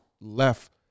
left